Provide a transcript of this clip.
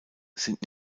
sind